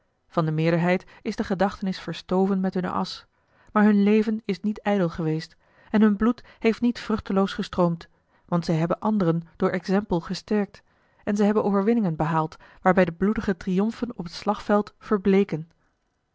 van de meerderheid is de oussaint verstoven met hunne asch maar hun leven is niet ijdel geweest en hun bloed heeft niet vruchteloos gestroomd want zij hebben anderen door exempel gesterkt en zij hebben overwinningen behaald waarbij de bloedige triomfen op het slagveld verbleeken